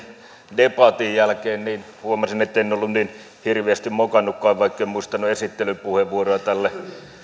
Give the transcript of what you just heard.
debatin jälkeen huomasin etten ollut niin hirveästi mokannutkaan vaikka en muistanut esittelypuheenvuoroa tälle